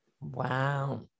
Wow